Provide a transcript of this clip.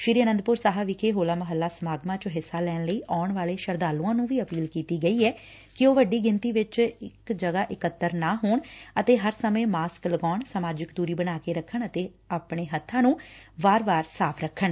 ਸ੍ਰੀ ਆਨੰਦਪੁਰ ਸਾਹਿਬ ਵਿਖੇ ਹੋਲਾ ਮੁਹੱਲਾ ਸਮਾਗਮਾ ਚ ਹਿੱਸਾ ਲੈਣ ਲਈ ਆਉਣ ਵਾਲੇ ਸ਼ਰਧਾਲੁਆਂ ਨੂੰ ਵੀ ਅਪੀਲ ਕੀਤੀ ਗਈ ਐ ਕਿ ਉਹ ਵੱਡੀ ਗਿਣਤੀ ਵਿਚ ਇਕ ਜਗ਼ਾ ਇਕੱਤਰ ਨਾ ਹੋਣ ਅਤੇ ਹਰ ਸਮੇਂ ਮਾਸਕ ਲਗਾਉਣ ਸਮਾਜਿਕ ਦੁਰੀ ਬਣਾ ਕੇ ਰੱਖਣ ਅਤੇ ਆਪਣੇ ਹੱਥਾਂ ਨੂੰ ਸਾਫ਼ ਰੱਖਣ